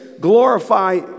glorify